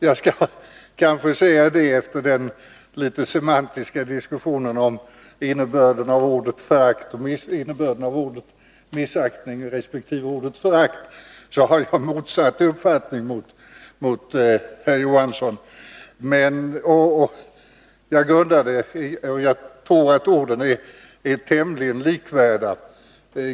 Jag skall kanske säga, efter den litet semantiska diskussionen om innebörden av ordet missaktning resp. ordet förakt, att jag har motsatt uppfattning mot herr Johansson. Jag tror att orden är tämligen likvärdiga.